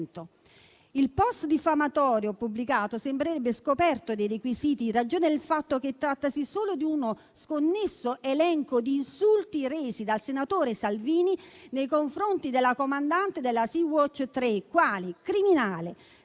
Il *post* diffamatorio pubblicato sembrerebbe scoperto dei requisiti, in ragione del fatto che trattasi solo di uno sconnesso elenco di insulti resi dal senatore Salvini nei confronti della comandante della Sea Watch 3 quali: criminale,